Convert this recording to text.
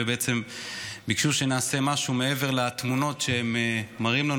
ובעצם ביקשו שנעשה משהו מעבר לתמונות שהם מראים לנו.